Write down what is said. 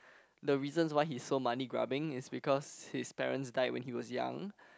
the reasons why he's so money grubbing is because his parents died when he was young